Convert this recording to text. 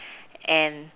and